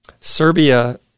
Serbia